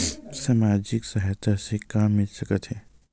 सामाजिक सहायता से का मिल सकत हे?